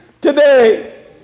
today